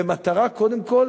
במטרה קודם כול